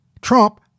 Trump